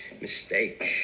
Mistake